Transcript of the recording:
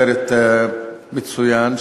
סרט מצוין,